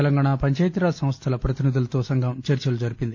తెలంగాణా పంచాయతీ రాజ్ సంస్థల ప్రతినిధులతో సంఘం చర్సలు జరిపింది